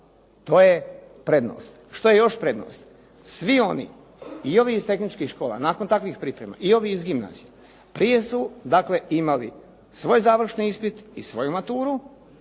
To je prednost. Što je još prednost? Svi oni i ovi iz tehničkih škola nakon takvih priprema i ovi iz gimnazije prije su dakle imali svoj završni ispit i svoju maturu,